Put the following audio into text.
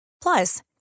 Plus